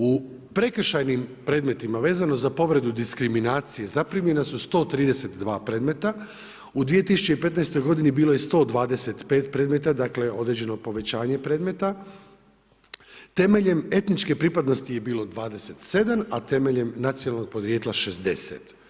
U prekršajnim predmetima vezano za povredu diskriminacije zaprimljena su 132 predmeta, u 2015. godini bilo je 125 predmeta, dakle određeno povećanje predmeta, temeljem etničke pripadnosti je bilo 27, a temeljem nacionalnog porijekla 60.